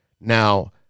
Now